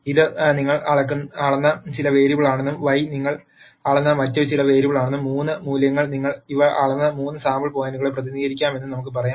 ഇത് നിങ്ങൾ അളന്ന ചില വേരിയബിളാണെന്നും Y നിങ്ങൾ അളന്ന മറ്റ് ചില വേരിയബിളാണെന്നും 3 മൂല്യങ്ങൾ നിങ്ങൾ ഇവ അളന്ന 3 സാമ്പിൾ പോയിന്റുകളെ പ്രതിനിധീകരിക്കാമെന്നും നമുക്ക് പറയാം